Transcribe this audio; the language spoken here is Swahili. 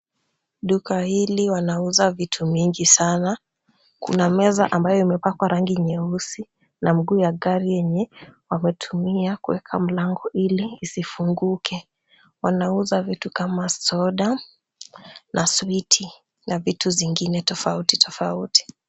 Duka hili wanauza vitu mingi sana. Kuna meza ambayo imepakwa rangi nyeusi na mguu ya gari yenye wametumia kuweka mlango ili isifunguke. Wanauza vitu kama soda na switi na vitu zingine tofauti tofauti.